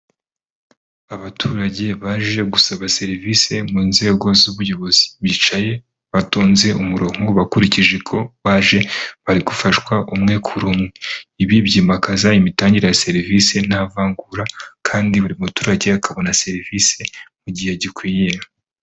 Abaturage baje gusaba serivisi mu nzego z'ubuyobozi, bicaye batonze umurongo bakurikije uko baje, bari gufashwa umwe kuri umwe, ibi byimakaza imitangire ya serivisi nta vangura kandi buri muturage akabona serivisi mu gihe gikwiye.